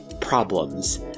problems